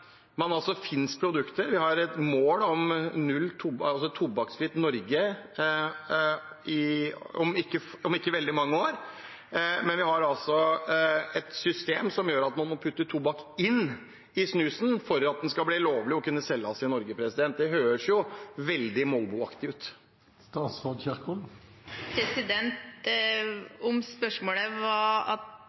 man har likevel valgt å avslå søknaden. Det store spørsmålet er da: Hvorfor åpnet norske helsemyndigheter for at aktører kunne søke om godkjenning for nye nikotinprodukter når det første Helsedirektoratet gjør, er å gi avslag? Vi har et mål om et tobakksfritt Norge om ikke veldig mange år, men vi har altså et system som gjør at man må putte tobakk inn i snusen for at den skal bli lovlig og kunne